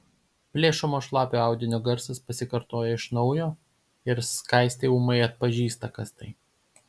plėšomo šlapio audinio garsas pasikartoja iš naujo ir skaistė ūmai atpažįsta kas tai